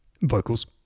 vocals